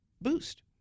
boost